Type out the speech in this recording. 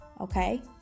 okay